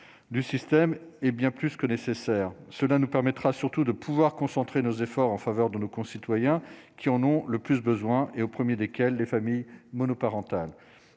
du système et bien plus que nécessaire, cela nous permettra surtout de pouvoir concentrer nos efforts en faveur de nos concitoyens qui en ont le plus besoin et au 1er desquels les familles monoparentales,